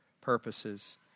purposes